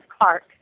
Clark